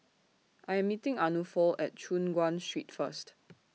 I Am meeting Arnulfo At Choon Guan Street First